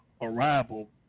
arrival